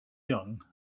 young